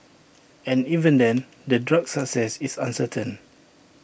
and even then the drug's success is uncertain